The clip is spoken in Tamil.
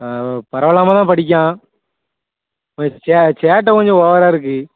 ஆ பரவாயில்லாம தான் படிக்கான் சே சேட்டை கொஞ்சம் ஓவராக இருக்குது